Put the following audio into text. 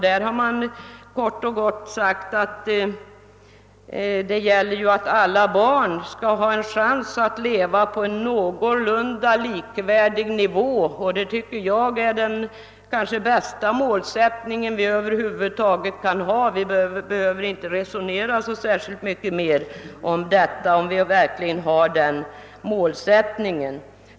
Där har man kort och gott sagt att det gäller att alla barn skall ha en chans att leva på en någorlunda likvärdig nivå. Detta är enligt min mening kanske den bästa målsättning vi över huvud taget kan ha. Vi behöver inte resonera särskilt mycket mer om detta om vi verkligen har denna målsättning.